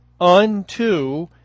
unto